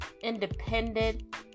independent